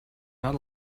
not